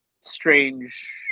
strange